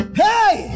hey